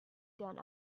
done